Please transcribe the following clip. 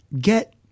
get